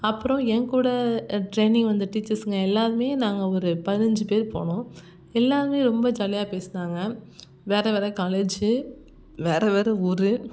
அப்புறம் எங்கூட ட்ரைனிங் வந்த டீச்சர்ஸுங்க எல்லாருமே நாங்கள் ஒரு பதினஞ்சு பேர் போனோம் எல்லாருமே ரொம்ப ஜாலியாக பேசுனாங்க வேற வேற காலேஜி வேற வேற ஊர்